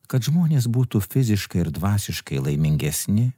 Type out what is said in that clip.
kad žmonės būtų fiziškai ir dvasiškai laimingesni